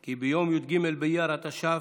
כי ביום י"ג באייר התש"ף,